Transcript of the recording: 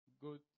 good